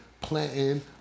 planting